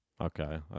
Okay